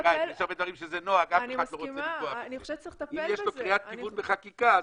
יש הרבה דברים שזה נוהג ואף אחד לא רוצה לפגוע בזה.